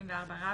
74א,